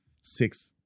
Six